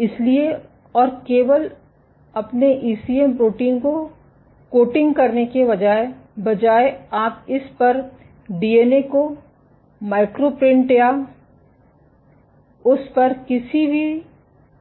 इसलिए और केवल अपने ईसीएम प्रोटीन को कोटिंग करने के बजाय आप इस पर डीएनए को माइक्रो प्रिन्ट या उस पर किसी भी